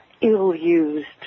ill-used